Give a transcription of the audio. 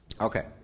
Okay